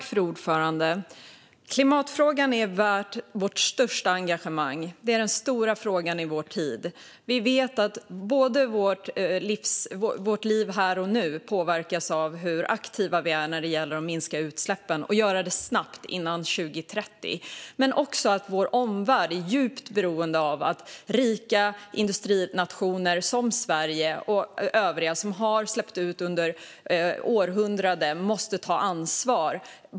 Fru talman! Klimatfrågan är värd vårt största engagemang. Den är den stora frågan i vår tid. Vårt liv här och nu påverkas av hur aktiva vi är när det gäller att minska utsläppen - och att göra det snabbt, innan 2030. Det handlar också om att omvärlden är djupt beroende av att rika industrinationer som Sverige och övriga som har släppt ut under århundraden tar ansvar.